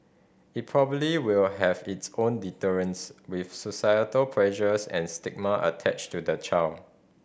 it probably will have its own deterrents with societal pressures and stigma attached to the child